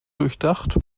durchdacht